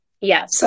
Yes